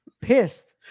Pissed